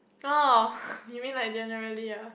orh you mean like generally ah